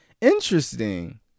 interesting